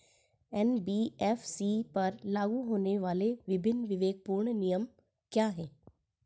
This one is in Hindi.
एन.बी.एफ.सी पर लागू होने वाले विभिन्न विवेकपूर्ण नियम क्या हैं?